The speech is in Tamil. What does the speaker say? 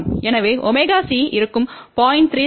எனவே ωC இருக்கும் 0